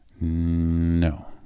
No